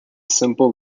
simple